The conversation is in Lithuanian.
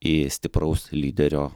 į stipraus lyderio